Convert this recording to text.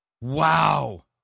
Wow